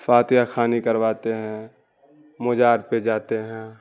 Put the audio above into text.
فاتحہ خوانی کرواتے ہیں مزار پہ جاتے ہیں